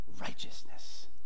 righteousness